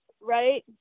right